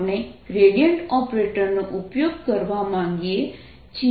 આપણે ગ્રેડિયન્ટ ઓપરેટરનો ઉપયોગ કરવા માંગીએ છીએ